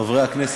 חברי הכנסת,